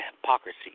hypocrisy